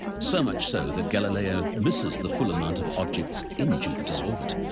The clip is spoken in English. so much so that galileo misses the full amount of objects in jupiter's orbit.